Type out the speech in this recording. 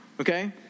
okay